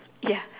ya